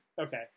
okay